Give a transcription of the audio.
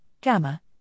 gamma